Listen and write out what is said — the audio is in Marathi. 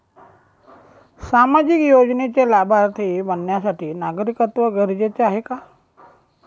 सामाजिक योजनेचे लाभार्थी बनण्यासाठी नागरिकत्व गरजेचे आहे का?